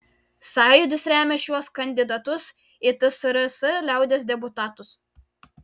sąjūdis remia šiuos kandidatus į tsrs liaudies deputatus